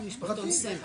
או משפחתון סמל?